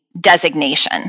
designation